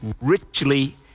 richly